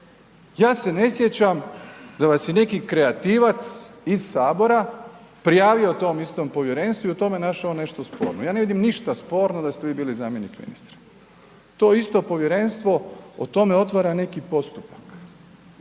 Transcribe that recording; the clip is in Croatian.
ja se ne sjećam da vas je neki kreativac iz Sabora prijavio tom istom povjerenstvu i u tome našao nešto sporno. Ja ne vidim ništa sporno da ste vi bili zamjenik ministra. To isto povjerenstvo o tome otvara neki postupak.